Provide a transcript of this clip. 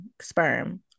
sperm